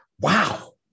Wow